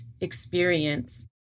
experience